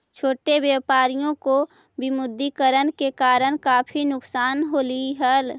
छोटे व्यापारियों को विमुद्रीकरण के कारण काफी नुकसान होलई हल